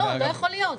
לא יכול להיות.